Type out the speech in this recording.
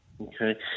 Okay